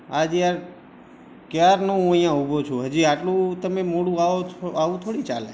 આજે યાર ક્યારનો હું અહીંયા ઊભો છું હજી આટલું તમે મોડું આવો છો આવું થોડું ચાલે